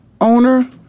owner